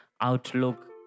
Outlook